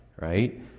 right